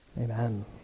Amen